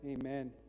Amen